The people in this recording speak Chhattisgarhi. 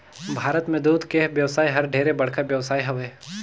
भारत में दूद के बेवसाय हर ढेरे बड़खा बेवसाय हवे